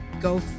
go